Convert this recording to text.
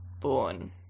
born